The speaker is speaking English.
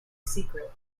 secret